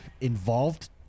involved